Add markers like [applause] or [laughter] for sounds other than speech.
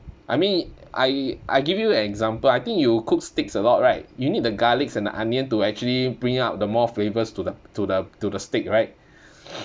I mean I I give you an example I think you cook steaks a lot right you need the garlics and the onion to actually bring out the more flavours to the to the to the steak right [breath]